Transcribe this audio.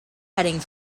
heading